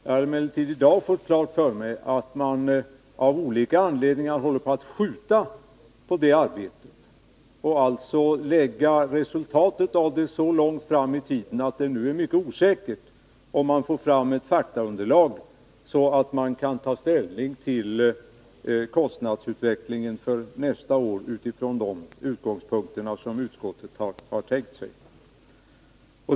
Jag har emellertid i dag fått klart för mig att man av olika anledningar håller på att skjuta upp detta arbete. Därmed kommer resultatet av arbetet så långt fram i tiden att det nu är mycket osäkert om man får fram ett faktaunderlag, så att man kan ta ställning till kostnadsutvecklingen nästa år från de utgångspunkter som utskottet har tänkt sig.